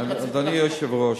אדוני היושב-ראש,